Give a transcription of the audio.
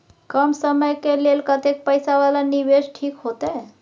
कम समय के लेल कतेक पैसा वाला निवेश ठीक होते?